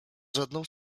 żadną